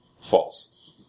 False